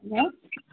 hello